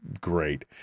great